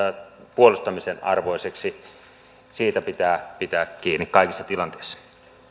puolustamisen arvoiseksi pitää pitää kiinni kaikissa tilanteissa